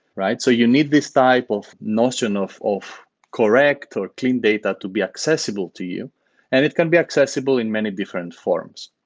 so you need this type of notion of of correct or clean data to be accessible to you and it can be accessible in many different forms.